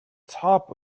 top